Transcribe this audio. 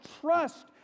trust